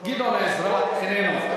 גדעון עזרא, איננו.